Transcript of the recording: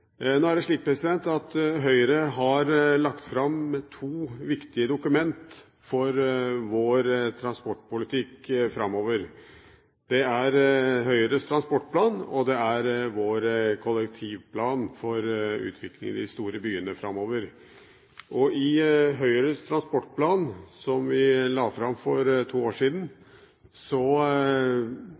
Høyre har lagt fram to viktige dokument for vår transportpolitikk framover. Det er Høyres transportplan, og det er vår kollektivplan for utviklingen i de store byene framover. I Høyres transportplan, som vi la fram for to år siden,